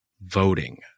voting